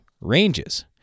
ranges